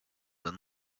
and